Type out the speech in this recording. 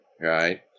right